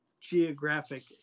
geographic